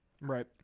Right